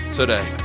today